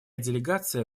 делегация